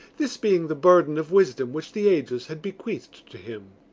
this being the burden of wisdom which the ages had bequeathed to him.